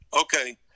Okay